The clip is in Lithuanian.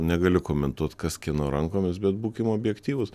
negaliu komentuot kas kieno rankomis bet būkim objektyvūs